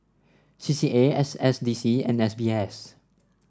C C A S S D C and S B S